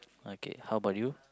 okay how about you